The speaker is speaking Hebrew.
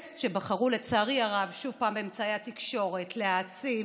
לצערי הרב, הטקסט שאמצעי התקשורת בחרו שוב להעצים